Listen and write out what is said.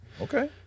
Okay